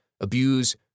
abuse